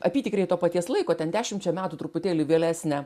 apytikriai to paties laiko ten dešimčia metų truputėlį vėlesnę